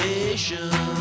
Nation